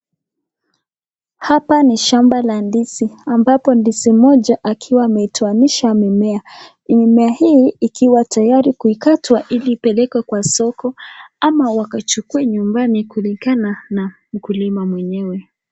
Hapa ni shamba la ndizi ambapo ndizi moja akiwa ametoanisha amemea. Mimea hii ikiwa tayari kuikatwa ili ipelekwe kwa soko ama wakachukue nyumbani kulingana na mkulima mwenyewe.